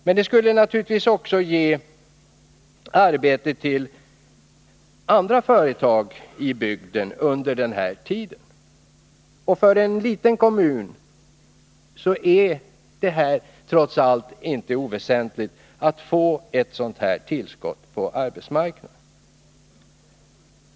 Men det skulle naturligtvis under den här tiden också ge arbete till andra företag i bygden. För en liten kommun är det trots allt inte oväsentligt att få ett sådant här tillskott på arbetsmarknaden.